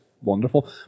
wonderful